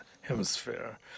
Hemisphere